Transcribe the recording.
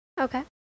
Okay